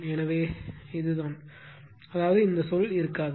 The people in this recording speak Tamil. எனவே இது இதுதான் அதாவது இந்த சொல் இருக்காது